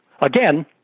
again